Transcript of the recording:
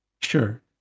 Sure